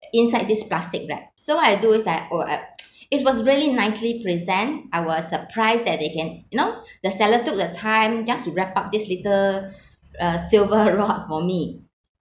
inside this plastic wrap so what I do is I oh I it was really nicely present I was surprised that they can you know the seller took the time just to wrap up this little uh silver rock for me